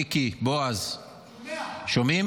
מיקי, בועז, שומעים?